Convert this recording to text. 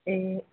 ए